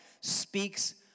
speaks